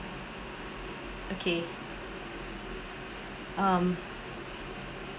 okay um